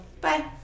Bye